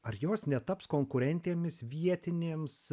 ar jos netaps konkurentėmis vietinėms